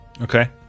Okay